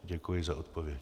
Děkuji za odpověď.